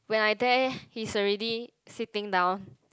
when I there he's already sitting down